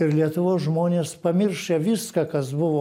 ir lietuvos žmonės pamiršę viską kas buvo